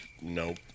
nope